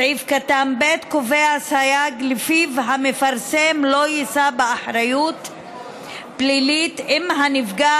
סעיף קטן (ב) קובע סייג שלפיו המפרסם לא יישא באחריות פלילית אם הנפגע